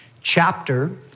chapter